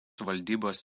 valdybos